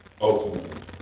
ultimately